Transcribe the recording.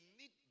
need